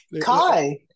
Kai